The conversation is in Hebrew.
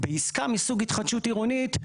בעסקה מסוג התחדשות עירונית,